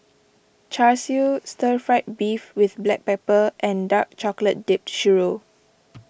Char Siu Stir Fried Beef with Black Pepper and Dark Chocolate Dipped Churro